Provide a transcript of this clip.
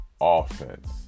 offense